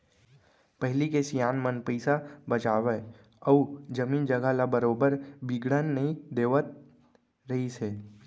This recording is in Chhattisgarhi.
पहिली के सियान मन पइसा बचावय अउ जमीन जघा ल बरोबर बिगड़न नई देवत रहिस हे